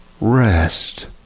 rest